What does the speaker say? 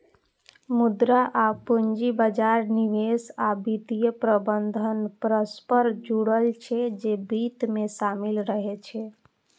मुद्रा आ पूंजी बाजार, निवेश आ वित्तीय प्रबंधन परस्पर जुड़ल छै, जे वित्त मे शामिल रहै छै